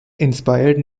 inspired